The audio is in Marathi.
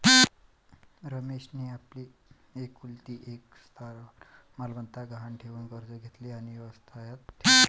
रमेशने आपली एकुलती एक स्थावर मालमत्ता गहाण ठेवून कर्ज घेतले आणि व्यवसायात ठेवले